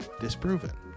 disproven